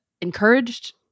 encouraged